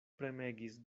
premegis